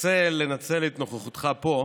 רוצה לנצל את נוכחותך פה,